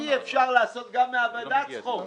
אי אפשר לעשות גם מהוועדה צחוק.